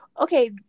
Okay